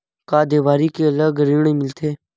का देवारी के अलग ऋण मिलथे?